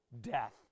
death